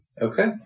Okay